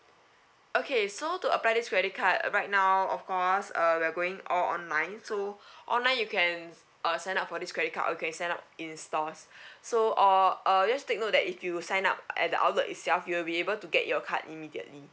okay so to apply this credit card right now of course uh we're going all online so online you can uh sign up for this credit card or you can sign up in stores so or uh just take note that if you sign up at the outlet itself you'll be able to get your card immediately